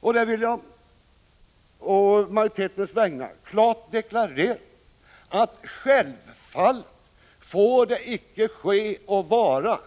Å majoritetens vägnar vill jag klart deklarera att det självfallet icke får ske eller vara